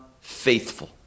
faithful